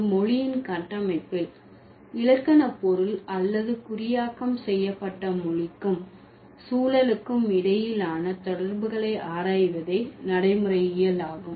ஒரு மொழியின் கட்டமைப்பில் இலக்கண பொருள் அல்லது குறியாக்கம் செய்யப்பட்ட மொழிக்கும் சூழலுக்கும் இடையிலான தொடர்புகளை ஆராய்வதே நடைமுறையியல் ஆகும்